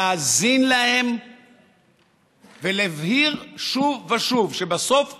להאזין להם ולהבהיר שוב ושוב שבסוף כולנו,